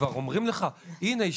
שכבר אומרים לך "הינה,